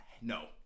No